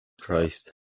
Christ